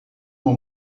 uma